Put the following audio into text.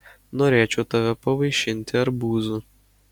norėčiau tave pavaišinti arbūzu